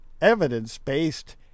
evidence-based